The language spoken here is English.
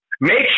Make